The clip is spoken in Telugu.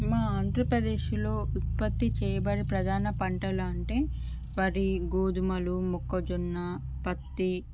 మా ఆంధ్రప్రదేశ్లో ఉత్పత్తి చేయబడే ప్రధాన పంటలు అంటే వరి గోధుమలు మొక్కజొన్న పత్తి